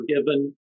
forgiven